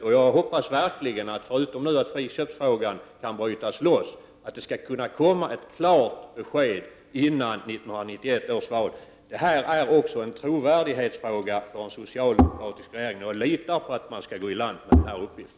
Förutom att friköpsfrågan skall kunna brytas loss hoppas jag verkligen att det skall komma ett klart besked före 1991 års val. Det här är också en trovärdighetsfråga. Man måste kunna lita på att den socialdemokratiska regeringen kan gå i land med denna uppgift.